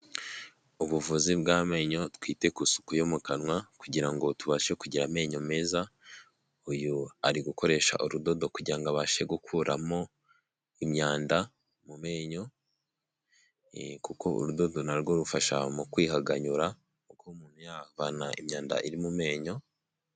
Ubuvuzi bw'amenyo twite ku isuku yo mu kanwa kugira ngo tubashe kugira amenyo meza uyu ari gukoresha urudodo kugirango ngo abashe gukuramo imyanda mu menyo kuko urudogo narwo rufasha mu kwihariganyura uko umuntu yavana imyanda iri mu menyo.